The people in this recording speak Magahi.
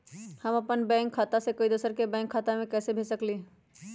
हम अपन बैंक खाता से कोई दोसर के बैंक खाता में पैसा कैसे भेज सकली ह?